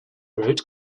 wrote